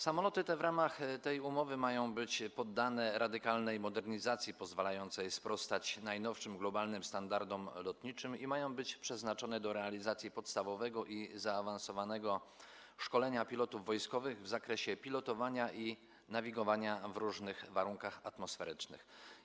Samoloty te w ramach tej umowy mają być poddane radykalnej modernizacji pozwalającej im sprostać najnowszym globalnym standardom lotniczym i mają być przeznaczone do realizacji podstawowego i zaawansowanego szkolenia pilotów wojskowych w zakresie pilotowania i nawigowania w różnych warunkach atmosferycznych.